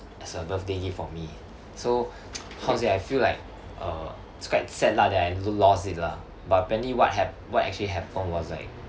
as a birthday gift for me so how to say I feel like uh it's quite sad lah that I lo~ lost it lah but apparently what ha~ what actually happened was like